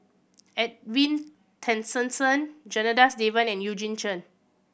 Edwin Tessensohn Janadas Devan and Eugene Chen